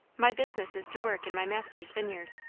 my business is to work in my master's vineyard.